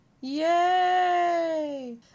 yay